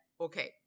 okay